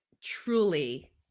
truly